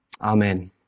Amen